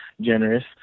generous